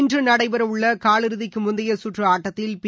இன்றுநடைபெறஉள்ளகாலிறுதிக்குமுந்தையசுற்றுஆட்டத்தில் B